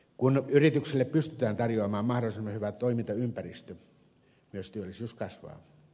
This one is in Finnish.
kun yritykselle pystytään tarjoamaan mahdollisimman hyvä toimintaympäristö myös työllisyys kasvaa